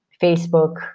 Facebook